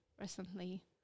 recently